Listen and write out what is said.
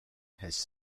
has